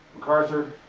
macarthur,